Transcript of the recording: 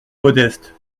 modestes